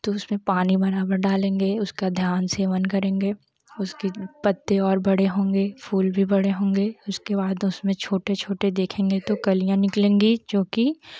तो उसमे पानी बराबर डालेंगे उसका दयांन सेवन करेंगे उसके पचे और बड़े होंगे फूल भी बड़े होंगे उसके बाद उसमे छोटे छोटे देखेंगे तो कलियाँ निकलेंगी जो की